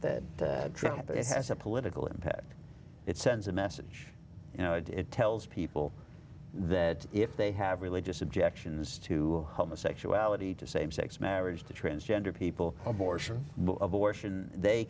that has a political impact it sends a message you know and it tells people that if they have religious objections to homosexuality to same sex marriage to transgender people abortion abortion they